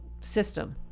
system